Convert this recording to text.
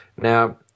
Now